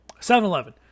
7-Eleven